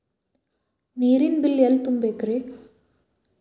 ನೇರಿನ ಬಿಲ್ ಎಲ್ಲ ತುಂಬೇಕ್ರಿ?